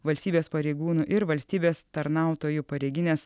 valstybės pareigūnų ir valstybės tarnautojų pareiginės